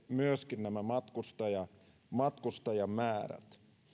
myöskin nämä matkustajamäärät